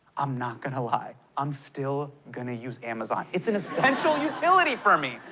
i'm not gonna lie, i'm still gonna use amazon. it's an essential utility for me!